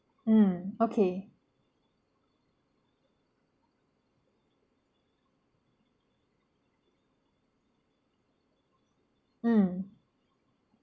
mm okay mm